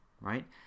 right